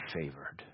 favored